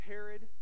Herod